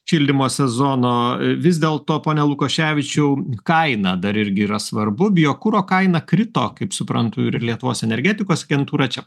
šildymo sezono vis dėl to pone lukoševičiau kaina dar irgi yra svarbu biokuro kaina krito kaip suprantu ir lietuvos energetikos agentūra čia